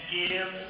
give